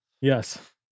Yes